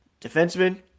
defenseman